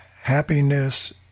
Happiness